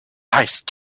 ice